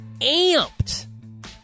Amped